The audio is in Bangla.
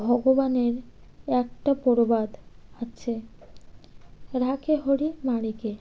ভগবানের একটা প্রবাদ আছে রাখে হরি মারে কে